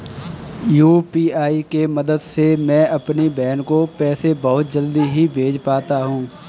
UPI के मदद से मैं अपनी बहन को पैसे बहुत जल्दी ही भेज पाता हूं